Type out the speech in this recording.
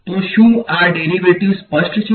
તો શું આ ડેરીવેટીવ સ્પષ્ટ છે